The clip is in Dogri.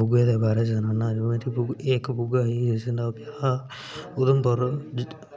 बुआ दे बारे च सनाना जो मेरी इक बुआ ही जिसदा ब्याह् उधमुपर